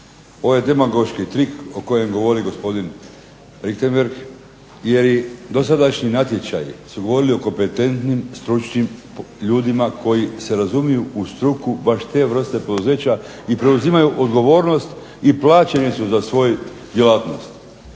Ovo je demagoški trik o kojem govori gospodin Richembergh jer i dosadašnji natječaji su govorili o kompetentnim, stručnim ljudima koji se razumiju u struku baš te vrste poduzeća i preuzimaju odgovornost i plaćeni su za svoju djelatnost.